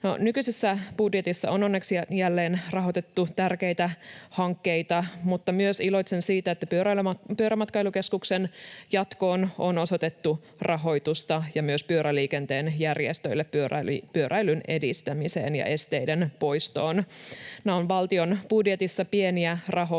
Nykyisessä budjetissa on onneksi jälleen rahoitettu tärkeitä hankkeita, mutta myös iloitsen siitä, että Pyörämatkailukeskuksen jatkoon on osoitettu rahoitusta ja myös pyöräliikenteen järjestöille pyöräilyn edistämiseen ja esteiden poistoon. Nämä ovat valtion budjetissa pieniä rahoja,